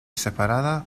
separada